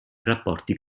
rapporti